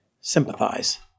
sympathize